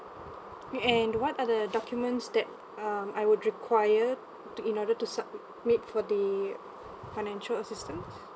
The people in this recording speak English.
and what are the documents that um I would require to in order to submit for the financial assistance